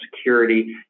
security